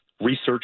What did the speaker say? research